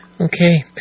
Okay